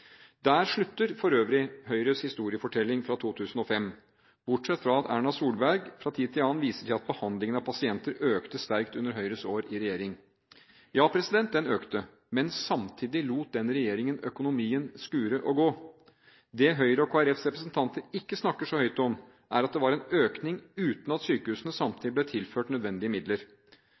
Der slutter for øvrig Høyres historiefortelling fra 2005, bortsett fra at Erna Solberg fra tid til annen viser til at behandlingen av pasienter økte sterkt under Høyres år i regjering. Ja, den økte, men samtidig lot regjeringen økonomien skure og gå. Det Høyre og Kristelig Folkepartis representanter ikke snakker så høyt om, er at det var en økning uten at sykehusene samtidig ble tilført nødvendige midler.